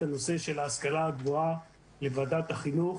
הנושא של ההשכלה הגבוהה לוועדת החינוך